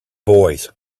boys